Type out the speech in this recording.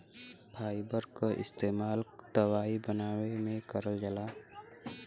fibre क इस्तेमाल दवाई बनावे में करल जाला